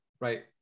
right